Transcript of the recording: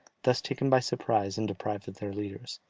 thus taken by surprise and deprived of their leaders.